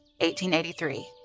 1883